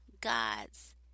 God's